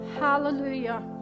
Hallelujah